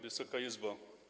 Wysoka Izbo!